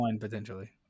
potentially